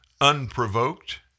unprovoked